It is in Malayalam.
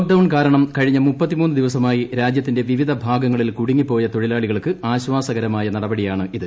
ലോക് ഡൌൺ കാരണം കഴിഞ്ഞ ദിവസമായി രാജ്യത്തിന്റെ വിവിധ ഭാഗങ്ങളിൽ കുടുങ്ങിപ്പോയ തൊഴിലാളികൾക്ക് ആശ്വാസകരമായ നടപടിയാണിത്